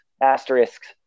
asterisks